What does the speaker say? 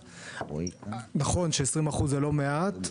נכון ש-20% זה לא מעט,